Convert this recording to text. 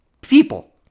people